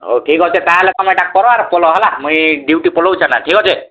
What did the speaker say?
ହଉ ଠିକ୍ ଅଛେ ତାହେଲେ ତମେ ଏଇଟା କର ଆର୍ ପଲ ହେଲା ମୁଇଁ ଡ୍ୟୁଟି ପଲଉଛେ ଠିକ୍ ଅଛେ